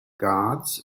guards